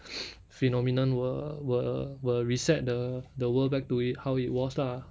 phenomenon will will will reset the the world back to it how it was lah